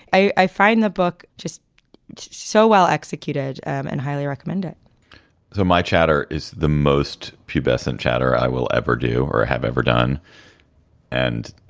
i i find the book just so well executed and highly recommended so my chapter is the most pubescent chatter i will ever do or have ever done and